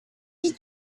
you